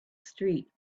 street